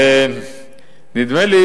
נדמה לי